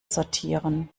sortieren